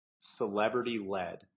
celebrity-led